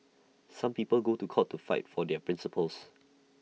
some people go to court to fight for their principles